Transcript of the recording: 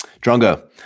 Drongo